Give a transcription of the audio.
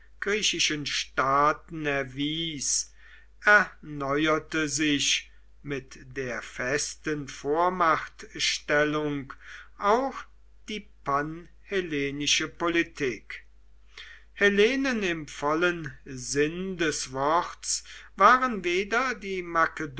griechischen staaten erwies erneuerte sich mit der festen vormachtstellung auch die panhellenische politik hellenen im vollen sinn des worts waren weder die